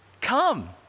come